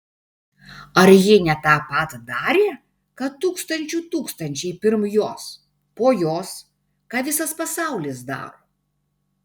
ar ji ne tą pat darė ką tūkstančių tūkstančiai pirm jos po jos ką visas pasaulis daro